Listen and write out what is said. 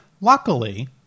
Luckily